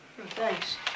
Thanks